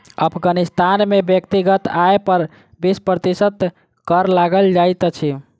अफ़ग़ानिस्तान में व्यक्तिगत आय पर बीस प्रतिशत कर लगायल जाइत अछि